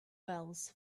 wells